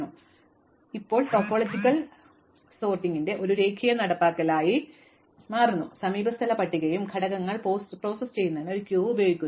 അതിനാൽ ഇത് ഇപ്പോൾ ടോപ്പോളജിക്കൽ സോർട്ടിന്റെ ഒരു രേഖീയ നടപ്പാക്കലായി മാറുന്നു സമീപസ്ഥല പട്ടികയും ഘടകങ്ങൾ പ്രോസസ്സ് ചെയ്യുന്നതിന് ഒരു ക്യൂവും ഉപയോഗിക്കുന്നു